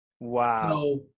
Wow